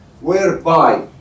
Whereby